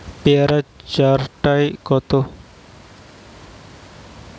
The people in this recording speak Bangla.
পেয়ারা চার টায় কত?